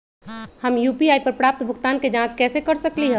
हम यू.पी.आई पर प्राप्त भुगतान के जाँच कैसे कर सकली ह?